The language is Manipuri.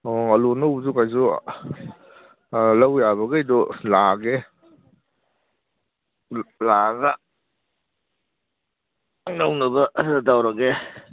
ꯑꯣ ꯑꯥꯂꯨ ꯑꯅꯧꯕꯁꯨ ꯀꯩꯁꯨ ꯂꯧ ꯌꯥꯕꯈꯩꯗꯨ ꯂꯥꯛꯑꯒꯦ ꯂꯥꯛꯑꯒ ꯂꯧꯅꯕ ꯇꯧꯔꯒꯦ